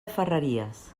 ferreries